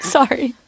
Sorry